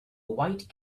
white